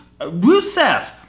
Rusev